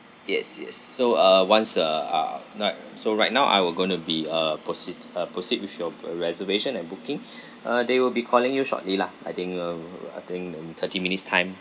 yes yes so uh once a ah right so right now I will going to be uh proceed uh proceed with your pe~ reservation and booking uh they will be calling you shortly lah I think uh I think in thirty minutes time